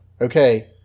Okay